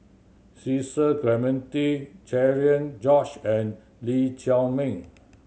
Cecil Clementi Cherian George and Lee Chiaw Meng